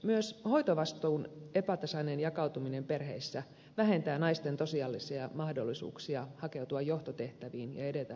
myös hoitovastuun epätasainen jakautuminen perheissä vähentää naisten tosiasiallisia mahdollisuuksia hakeutua johtotehtäviin ja edetä urallaan